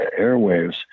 airwaves